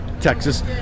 Texas